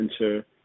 enter